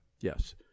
Yes